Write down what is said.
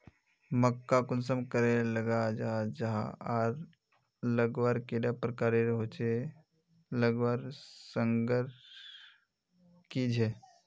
मक्का कुंसम करे लगा जाहा जाहा आर लगवार कैडा प्रकारेर होचे लगवार संगकर की झे?